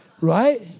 right